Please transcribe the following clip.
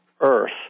earth